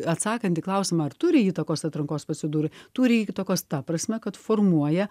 atsakant į klausimą ar turi įtakos atrankos procedūrai turi įtakos ta prasme kad formuoja